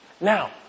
Now